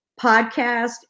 podcast